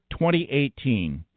2018